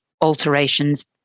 alterations